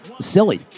silly